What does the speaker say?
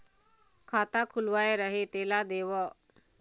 खाता खुलवाय रहे तेला देव?